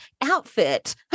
outfit